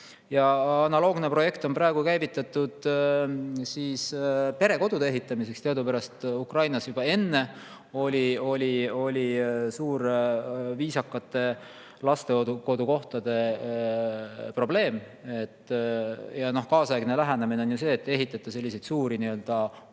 Analoogne projekt on praegu käivitatud perekodude ehitamiseks. Teadupärast Ukrainas juba enne oli suur viisakate lastekodukohtade probleem. Ja kaasaegne lähenemine on ju see, et ei ehitata selliseid suuri lastekodusid,